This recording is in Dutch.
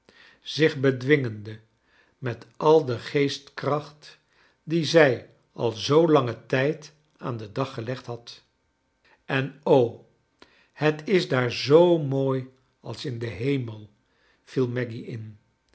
zich bedwingende met al de geestkrachfc die zij al zoo langen tijd aan den dag gelegd had en o het is daar zoo mooi als in den hemel viel maggy in